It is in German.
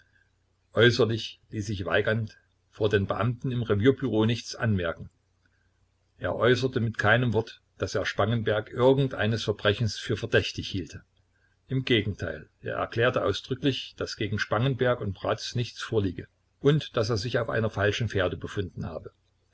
äußerlich ließ sich weigand vor den beamten im revierbüro nichts anmerken er äußerte mit keinem wort daß er spangenberg irgend eines verbrechens für verdächtig hielte im gegenteil er erklärte ausdrücklich daß gegen spangenberg und bratz nichts vorliege und daß er sich auf einer falschen fährte befunden habe